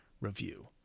review